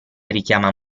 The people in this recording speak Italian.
richiama